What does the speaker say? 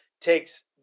takes